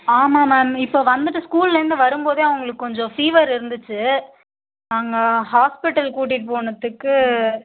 ஆமாம் மேம் இப்போ வந்துகிட்டு ஸ்கூல்லேருந்து வரும் போதே அவங்களுக்கு கொஞ்சம் ஃபீவர் இருந்துச்சு நாங்கள் ஹாஸ்பிட்டல் கூட்டிகிட்டு போனதுக்கு